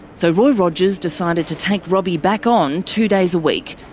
so roy rogers decided to take robbie back on two days a week,